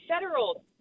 federal